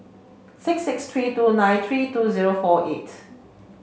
six six three two nine three two zero four eight